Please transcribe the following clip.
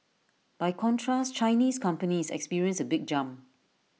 by contrast Chinese companies experienced A big jump